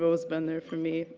always been there for me.